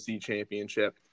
Championship